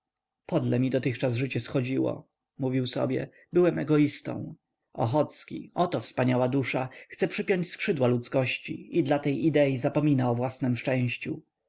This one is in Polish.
podle mi dotychczas życie schodziło mówił sobie byłem egoistą ochocki oto wspaniała dusza chce przypiąć skrzydła ludzkości i dla tej idei zapomina o własnem szczęściu